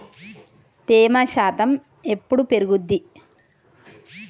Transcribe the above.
తేమ శాతం ఎప్పుడు పెరుగుద్ది?